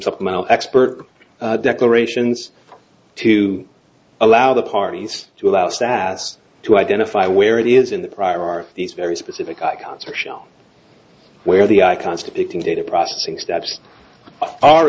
supplemental expert declarations to allow the parties to allow sas to identify where it is in the prior are these very specific icons or show where the icons depicting data processing steps are